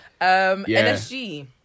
NSG